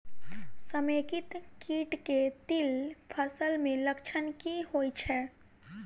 समेकित कीट केँ तिल फसल मे लक्षण की होइ छै?